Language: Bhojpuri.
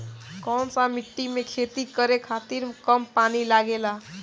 कौन सा मिट्टी में खेती करे खातिर कम पानी लागेला?